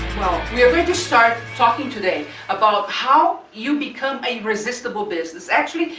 we are going to start talking today about how you become a resistible business. actually,